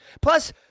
Plus